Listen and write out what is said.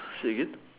say again